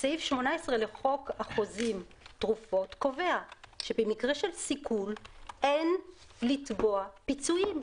סעיף 18 לחוק החוזים (תרופות) קובע שבמקרה של סיכול אין לתבוע פיצויים,